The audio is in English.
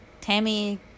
Tammy